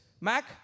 Mac